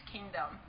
Kingdom